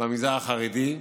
במגזר החרדי.